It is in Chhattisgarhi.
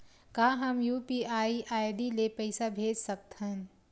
का हम यू.पी.आई आई.डी ले पईसा भेज सकथन?